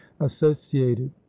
associated